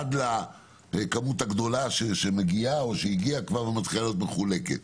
עד לכמות הגדולה שמגיעה או שהגיעה כבר ומתחילה להיות מחלוקת.